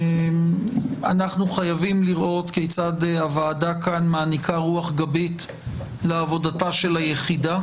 אנחנו חייבים לראות כיצד הוועדה מעניקה רוח גבית לעבודתה של היחידה,